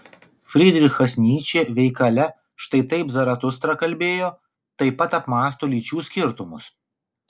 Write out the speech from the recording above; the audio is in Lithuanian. frydrichas nyčė veikale štai taip zaratustra kalbėjo taip pat apmąsto lyčių skirtumus